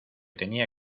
tenía